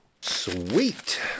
Sweet